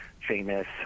famous